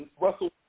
Russell